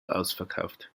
ausverkauft